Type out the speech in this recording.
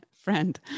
friend